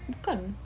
bukan